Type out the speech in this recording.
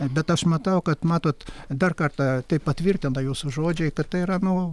bet aš matau kad matot dar kartą tai patvirtina jūsų žodžiai kad tai yra nu